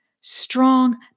strong